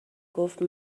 گفت